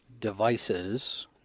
devices